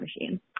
machine